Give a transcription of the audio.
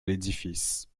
l’édifice